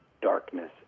darkness